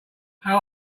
how